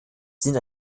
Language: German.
sind